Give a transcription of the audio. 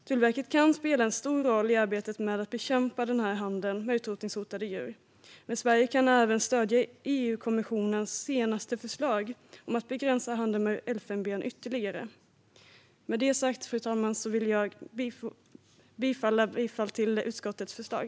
Tullverket kan spela en stor roll i arbetet med att bekämpa handeln med utrotningshotade djur. Sverige kan även stödja EU-kommissionens senaste förslag om att ytterligare begränsa handeln med elfenben. Med detta sagt, fru talman, vill jag yrka bifall till utskottets förslag.